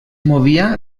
movia